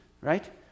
right